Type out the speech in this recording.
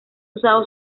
usado